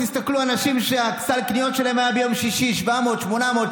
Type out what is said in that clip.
תסתכלו על האנשים שסל הקניות שלהם ביום שישי האחרון עמד על 700,